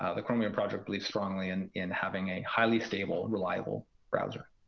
um the chromium project believed strongly and in having a highly stable and reliable browser.